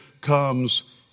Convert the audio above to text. comes